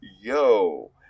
Yo